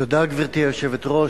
גברתי היושבת-ראש,